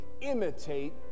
imitate